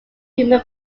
human